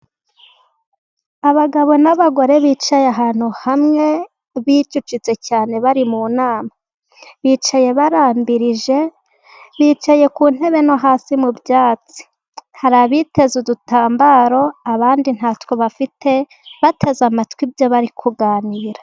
Abagabo n'abagore bicaye ahantu hamwe bicucitse cyane, bari mu nama bicaye barambirije, bicaye ku ntebe no hasi mu byatsi. Hari abiteze udutambaro abandi ntatwo bafite, bateze amatwi ibyo bari kuganira.